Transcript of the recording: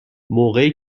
موقعی